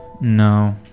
no